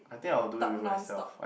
talk non stop